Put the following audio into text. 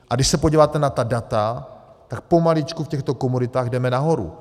A když se podíváte na ta data, tak pomaličku v těchto komoditách jdeme nahoru.